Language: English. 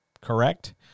correct